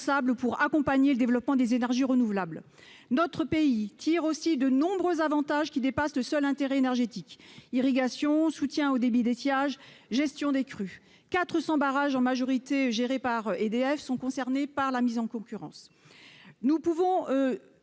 pour accompagner le développement des énergies renouvelables. Notre pays tire aussi de nombreux avantages qui dépassent le seul intérêt énergétique : irrigation, soutien au débit d'étiage, gestion des crues. Quatre cents barrages, en majorité gérés par EDF, sont concernés par la mise en concurrence. Nous pouvons